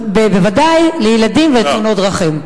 בוודאי לילדים ותאונות דרכים.